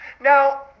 Now